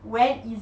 where is